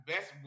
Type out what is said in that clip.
Best